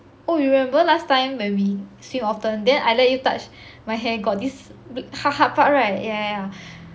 oh you remember last time when we swim often then I let you touch my hair got this big hard hard part right yeah yeah yeah